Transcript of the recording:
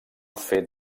fer